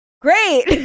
Great